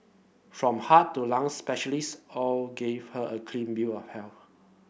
from heart to lung specialists all gave her a clean bill of health